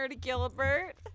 Gilbert